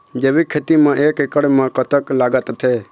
जैविक खेती म एक एकड़ म कतक लागत आथे?